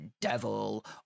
devil